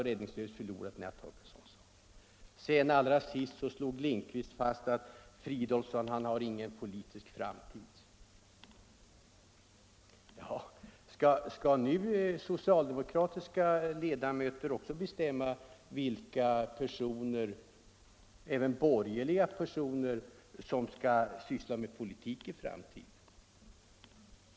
Herr Lindkvist slog också fast att Fridolfsson inte har någon politisk framtid. Skall nu socialdemokratiska ledamöter också bestämma vilka personer på den borgerliga sidan som får syssla med politik i framtiden?